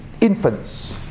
infants